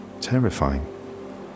terrifying